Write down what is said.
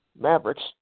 Mavericks